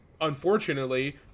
unfortunately